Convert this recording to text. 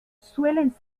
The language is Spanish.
suelen